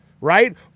right